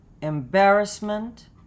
embarrassment